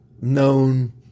known